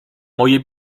moje